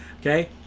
Okay